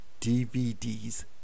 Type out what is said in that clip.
DVDs